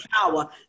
power